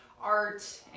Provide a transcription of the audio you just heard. art